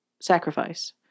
sacrifice